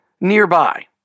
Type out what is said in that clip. nearby